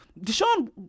Deshaun